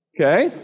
Okay